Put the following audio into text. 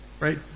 right